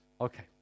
Okay